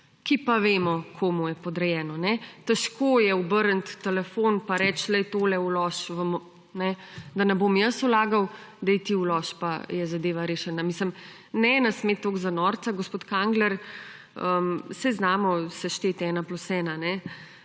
ki pa vemo, komu je podrejeno. Težko je obrniti telefon, pa reči, glej, to vloži, da ne bom jaz vlagal, daj ti vloži, pa je zadeva rešena. Mislim, ne nas imeti tako za norca, gospod Kangler. Saj znamo sešteti ena plus ena.